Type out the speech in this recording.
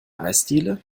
eisdiele